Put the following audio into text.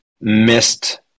Missed